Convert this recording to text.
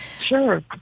Sure